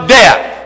death